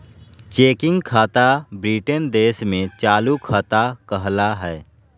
checking खाता Britain देश में चालू खाता कहला हय